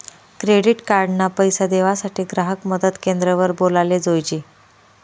credit card ना पैसा देवासाठे ग्राहक मदत क्रेंद्र वर बोलाले जोयजे